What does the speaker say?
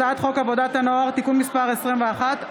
הצעת חוק עבודת הנוער (תיקון מס' 21)